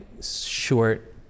short